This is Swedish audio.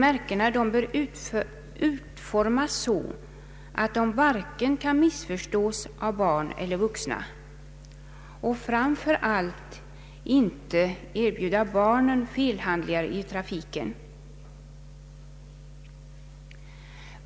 Märkena bör utformas så att de varken kan missförstås av barn eller vuxna och framför allt inte inbjuda barnen till felhandlingar i trafiken.